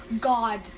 God